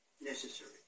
necessary